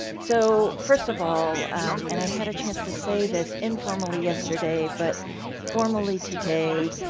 so, first of all and i had a chance to say this informally yesterday, but formally, today,